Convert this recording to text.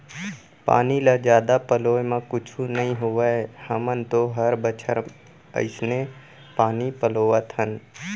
पानी ल जादा पलोय म कुछु नइ होवय हमन तो हर बछर अइसने पानी पलोथन